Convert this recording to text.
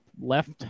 left